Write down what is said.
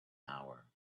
hour